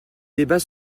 débat